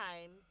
times